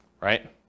right